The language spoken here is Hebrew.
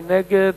מי נגד?